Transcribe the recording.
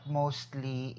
mostly